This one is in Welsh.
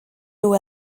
nhw